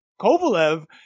Kovalev